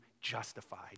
justified